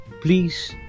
Please